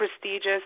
prestigious